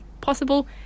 possible